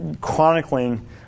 chronicling